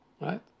right